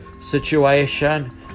situation